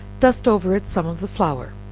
dust over it some of the flour,